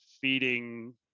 feeding